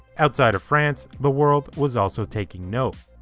outside of france, the world was also taking note.